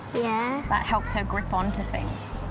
yeah. that helps her grip on to things.